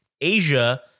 Asia